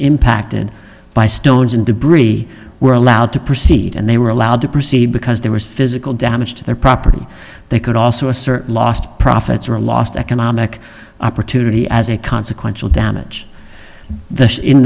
impacted by stones and debris were allowed to proceed and they were allowed to proceed because there was physical damage to their property they could also assert lost profits or lost economic opportunity as a consequential damage the in